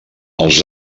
els